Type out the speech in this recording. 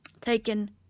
taken